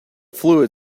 fluid